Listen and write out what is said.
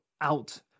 out